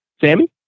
Sammy